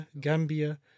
Gambia